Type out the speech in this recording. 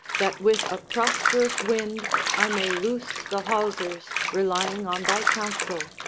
that with a prosperous wind i may loose the hawsers, relying on thy counsel,